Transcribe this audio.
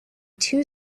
two